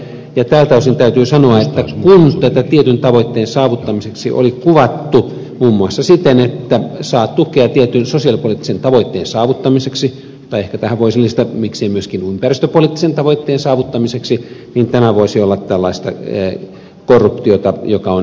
ja tältä osin täytyy sanoa että kun tätä kohtaa tietyn tavoitteen saavuttamiseksi oli kuvattu muun muassa siten että saa tukea tietyn sosiaalipoliittisen tavoitteen saavuttamiseksi tai miksei tähän voisi lisätä myöskin ympäristöpoliittisen tavoitteen saavuttamiseksi että tämä voisi olla tällaista korruptiota joka on rangaistavaa